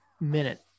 minute